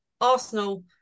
Arsenal